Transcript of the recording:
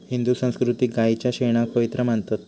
हिंदू संस्कृतीत गायीच्या शेणाक पवित्र मानतत